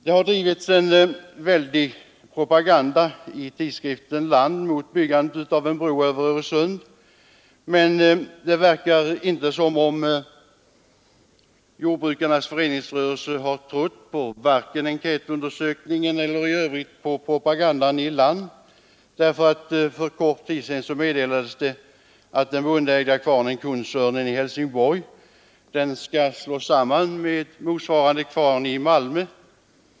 Det har drivits en väldig propaganda i tidningen Land mot byggandet av en bro över Öresund, men det verkar inte som om jordbrukarnas föreningsrörelse har trott på enkätundersökningarna eller i övrigt på propagandan i Land. För kort tid sedan meddelades nämligen att den bondeägda kvarnen Kungsörnen i Helsingborg skall slås samman med motsvarande kvarn i Malmö.